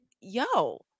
yo